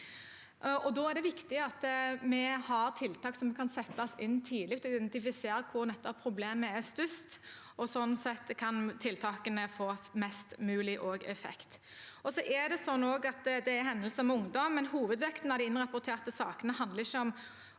Da er det viktig at vi har tiltak som kan settes inn tidlig, og som kan identifisere hvor problemet er størst. Sånn sett kan tiltakene få mest mulig effekt. Det er også hendelser med ungdom, men hovedvekten av de innrapporterte sakene handler om